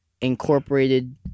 incorporated